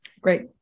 Great